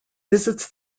visits